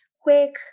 quick